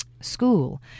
school